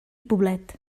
poblet